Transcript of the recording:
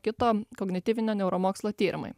kito kognityvinio neuromokslo tyrimai